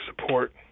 support